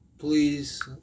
please